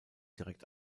direkt